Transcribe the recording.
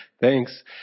Thanks